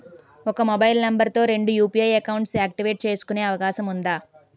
ఒక mobile number తో రెండు యు.పి.ఐ అకౌంట్స్ యాక్టివేట్ చేసుకునే అవకాశం వుందా?